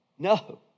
No